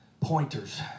Pointers